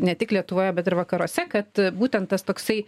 ne tik lietuvoje bet ir vakaruose kad būtent tas toksai